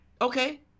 Okay